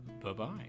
bye-bye